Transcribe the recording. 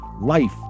life